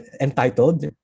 Entitled